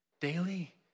daily